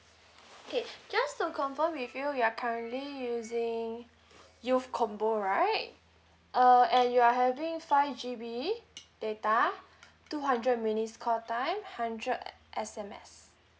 okay just to confirm with you you are currently using youth combo right uh and you are having five G_B data two hundred minutes call time hundred e~ S_M_S